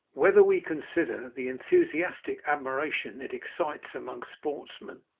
whether we consider the enthusiastic admiration it excites amongst sportsmen,